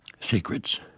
Secrets